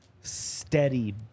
steady